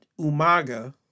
Umaga